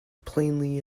plainly